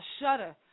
shudder